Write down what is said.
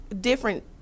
different